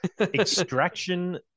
extraction